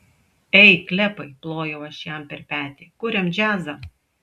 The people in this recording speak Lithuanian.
ei klepai plojau aš jam per petį kuriam džiazą